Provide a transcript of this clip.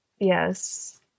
Yes